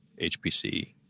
HPC